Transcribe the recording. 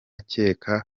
kera